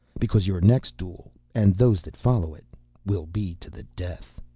because your next duel and those that follow it will be to the death.